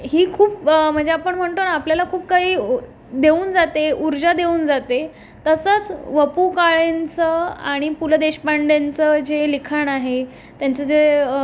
ही खूप म्हणजे आपण म्हणतो ना आपल्याला खूप काही देऊन जाते ऊर्जा देऊन जाते तसंच व पु काळेंचं आणि पु ल देशपांड्यांचं जे लिखाण आहे त्यांचं जे